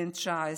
בן 19,